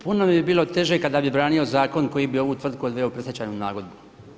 Puno bi mi bilo teže kada bih branio zakon koji bi ovu tvrtku odveo pred stečajnu nagodbu.